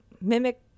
Mimic